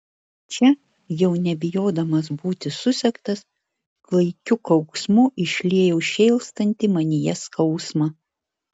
čia jau nebijodamas būti susektas klaikiu kauksmu išliejau šėlstantį manyje skausmą